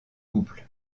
couple